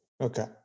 Okay